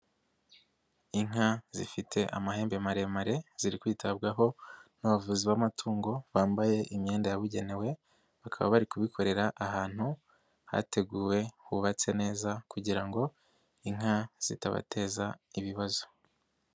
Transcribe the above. Inka zifite amahembe maremare ziri kwitabwaho n'abavuzi b'amatungo bambaye imyenda yabugenewe, bakaba bari kubikorera ahantu hateguwe hubatse neza kugira ngo inka zitabateza ibibazo.